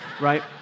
right